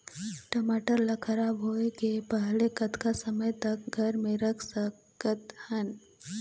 टमाटर ला खराब होय के पहले कतका समय तक घर मे रख सकत हन?